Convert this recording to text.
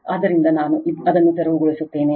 ಆದ್ದರಿಂದ ನಾನು ಅದನ್ನು ತೆರವುಗೊಳಿಸುತ್ತೇನೆ